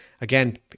Again